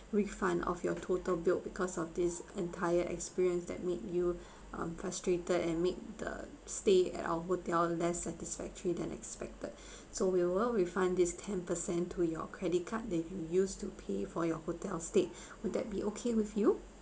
refund of your total bill because of this entire experience that made you um frustrated and make the stay at our hotel less satisfactory than expected so we will refund this ten percent to your credit card that you can use to pay for your hotel stay would that be okay with you